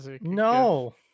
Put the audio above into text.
No